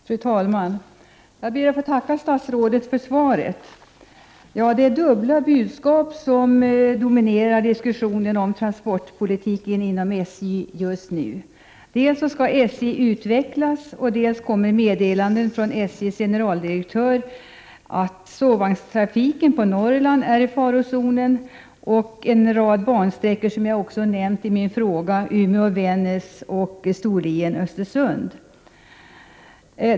Fru talman! Jag ber att få tacka statsrådet för svaret. Just nu är det dubbla budskap som dominerar diskussionen om transportpolitiken inom SJ. Å ena sidan skall SJ utvecklas, å andra sidan kommer meddelanden från SJ:s generaldirektör om att sovvagnarna på Norrlandstrafiken är i farozonen liksom en rad bansträckor, som jag också har nämnt i min interpellation, t.ex. Umeå-Vännäs och Storlien-Östersund.